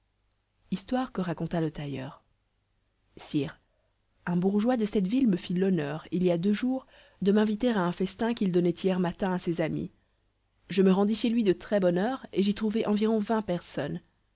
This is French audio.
histoire que raconta le tailleur sire un bourgeois de cette ville me fit l'honneur il y a deux jours de m'inviter à un festin qu'il donnait hier matin à ses amis je me rendis chez lui de très-bonne heure et j'y trouvai environ vingt personnes